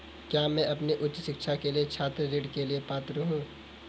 क्या मैं अपनी उच्च शिक्षा के लिए छात्र ऋण के लिए पात्र हूँ?